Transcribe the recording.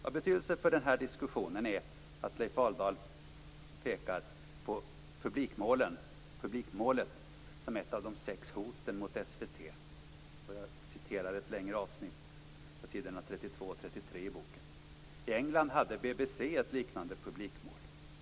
Av betydelse för den här diskussionen är att Leif Aldal pekar på publikmålet som ett av de sex hoten mot SVT. Jag refererar ett längre avsnitt från s. 32 I England hade BBC ett liknande publikmål.